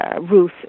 Ruth